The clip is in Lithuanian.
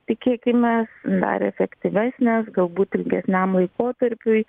tikėkimės dar efektyvesnės galbūt ilgesniam laikotarpiui